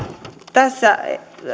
tässä